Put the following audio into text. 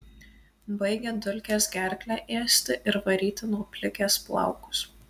baigia dulkės gerklę ėsti ir varyti nuo plikės plaukus